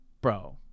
Bro